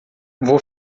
vou